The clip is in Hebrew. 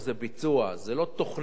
זו לא תוכנית שתהיה,